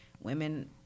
women